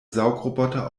saugroboter